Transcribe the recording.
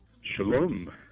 Shalom